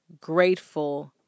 grateful